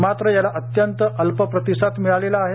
मात्र याला अत्यंत अल्प प्रतिसाद मिळालेला आहे